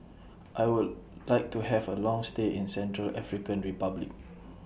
I Would like to Have A Long stay in Central African Republic